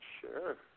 Sure